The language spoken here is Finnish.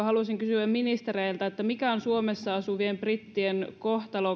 haluaisin kysyä ministereiltä mikä on suomessa asuvien brittien kohtalo